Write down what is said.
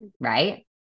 right